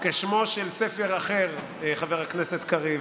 כשמו של ספר אחר, חבר הכנסת קריב,